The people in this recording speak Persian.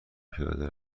پیاده